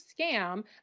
scam